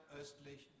östlich